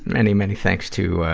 many, many thanks to, ah,